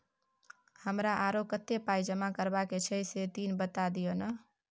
हमरा आरो कत्ते पाई जमा करबा के छै से तनी बता दिय न?